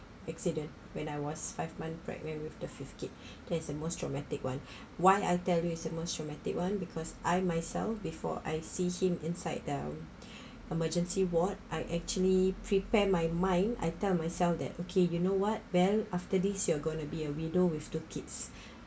accident when I was five month pregnant with the fifth kid that is the most dramatic one why I tell you is the most traumatic one because I myself before I see him inside the emergency ward I actually prepare my mind I tell myself that okay you know what well after this you're going to be a widow with the kids